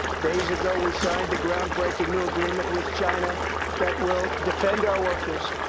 days ago, we signed the groundbreaking new agreement with china that will defend our workers,